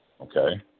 okay